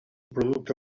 producte